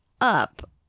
up